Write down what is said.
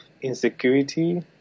insecurity